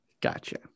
gotcha